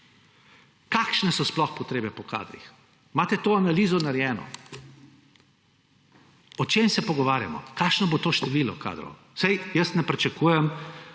kakšne so sploh potrebe po kadrih. Imate to analizo narejeno? O čem se pogovarjamo, kakšno bo to število kadrov? Saj jaz ne pričakujem,